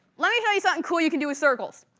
let me tell you something cool you can do with circles.